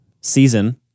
season